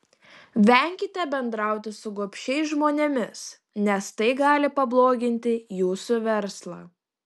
venkite bendrauti su gobšiais žmonėmis nes tai gali pabloginti jūsų verslą